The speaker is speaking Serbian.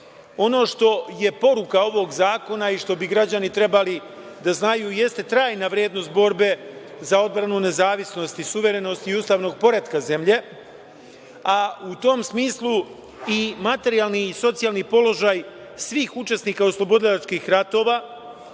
što je poruka ovog zakona i što bi građani trebali da znaju jeste trajna vrednost borbe za odbranu, nezavisnost i suverenost ustavnog poretka zemlje, a u tom smislu i materijalni i socijalni položaj svih učesnika oslobodilačkih ratova,